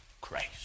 Christ